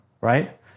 right